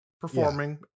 performing